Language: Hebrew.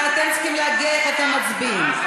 ואתם צריכים להגיד איך אתם מצביעים.